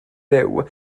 fyw